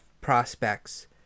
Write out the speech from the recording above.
prospects